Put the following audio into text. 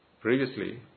previously